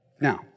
Now